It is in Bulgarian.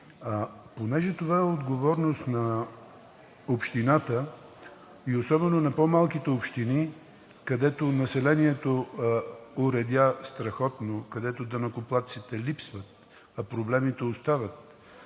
Понеже това е отговорност на общините, особено в по-малките общини, където населението оредя страхотно, където данъкоплатците липсват, а проблемите остават,